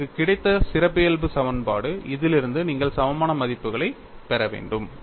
உங்களுக்கு கிடைத்த சிறப்பியல்பு சமன்பாடு இதிலிருந்து நீங்கள் சமமான மதிப்புகளைப் பெற வேண்டும்